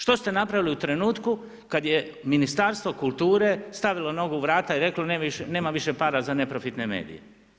Što ste napravili u trenutku kad je Ministarstvo kulture stavilo nogu u vrata i reklo: nema više para za neprofitne medije?